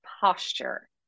posture